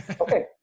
Okay